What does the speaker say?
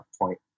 point